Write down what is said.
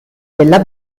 della